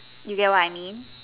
you get what I mean